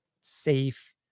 Safe